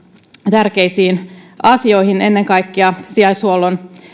tärkeisiin asioihin ennen kaikkea sijaishuollon